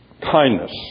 kindness